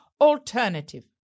alternative